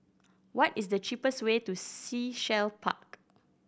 what is the cheapest way to Sea Shell Park